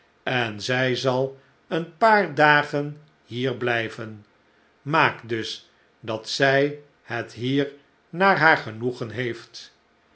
en zij zal een paar dagen hier blijven maak dus dat zij het hier naar haar genoegen heeft